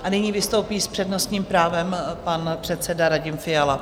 A nyní vystoupí s přednostním právem pan předseda Radim Fiala.